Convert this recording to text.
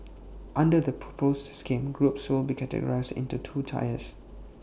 under the proposed scheme groups will be categorised into two tiers